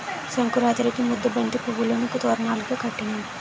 సంకురాతిరికి ముద్దబంతి పువ్వులును తోరణాలును కట్టినాం